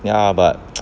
ya but